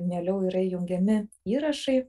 mieliau yra įjungiami įrašai